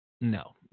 No